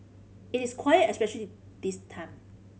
it is quiet especially this time